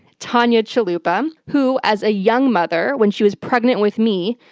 tanya chalupa, who, as a young mother, when she was pregnant with me,